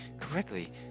correctly